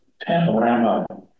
panorama